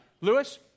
Lewis